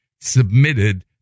submitted